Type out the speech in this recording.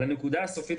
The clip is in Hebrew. הנקודה הסופית,